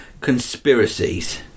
conspiracies